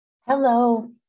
Hello